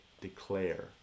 declare